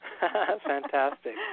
Fantastic